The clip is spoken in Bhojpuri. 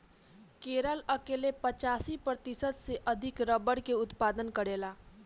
केरल अकेले पचासी प्रतिशत से अधिक रबड़ के उत्पादन करेला